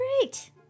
great